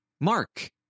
Mark